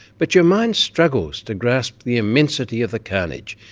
but your mind struggles to grasp the immensity of the carnage.